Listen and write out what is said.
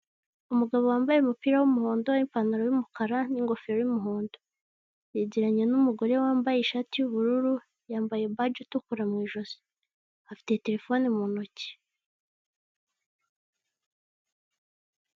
Umugabo wambaye umupira w'umuhondo, ipantaro y'umukara n'ingofero y'umuhondo yegeranye n'umugore wambaye ishati y'uburu, yambaye baji itukura mwijosi, afite terefone mwijosi.